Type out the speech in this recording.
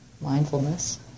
mindfulness